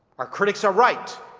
our critics are right